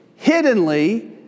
hiddenly